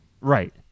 Right